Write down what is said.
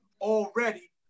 already